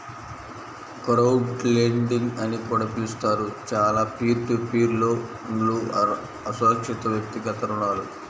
crowdlending అని కూడా పిలుస్తారు, చాలా పీర్ టు పీర్ లోన్లుఅసురక్షితవ్యక్తిగత రుణాలు